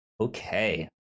Okay